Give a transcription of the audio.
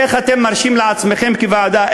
איך אתם מרשים לעצמכם, כוועדה?